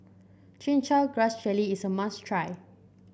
Chin Chow Grass Jelly is a must try